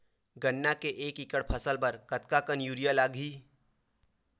गन्ना के एक एकड़ फसल बर कतका कन यूरिया लगही?